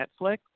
Netflix